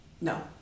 No